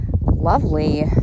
lovely